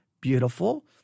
beautiful